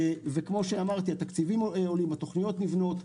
כמו שאמרתי, התקציבים עולים, התוכניות נבנות.